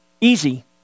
easy